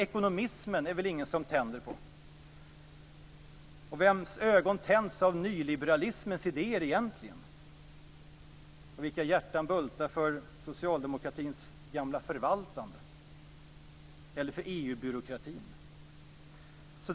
Ekonomismen är det väl ingen som tänder på. Och vems ögon tänds av nyliberalismens idéer egentligen? Vilka hjärtan bultar för socialdemokratins gamla förvaltande eller för EU-byråkratin?